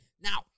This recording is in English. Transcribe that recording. Now